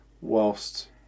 whilst